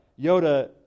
Yoda